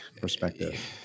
perspective